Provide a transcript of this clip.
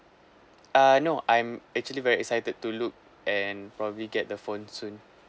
uh no I'm actually very excited to look and probably get the phone soon